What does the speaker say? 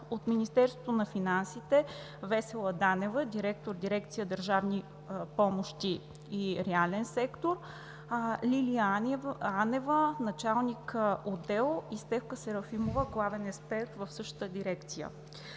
От Министерството на финансите: Весела Данева – директор на дирекция „Държавни помощи и реален сектор“, Лидия Атева – началник-отдел, и Стефка Сарафова – главен експерт в същата дирекция.